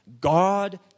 God